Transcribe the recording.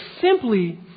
simply